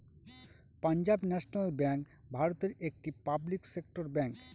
Punjab National Bank ভারতের একটি public sector bank